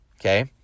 okay